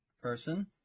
person